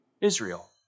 Israel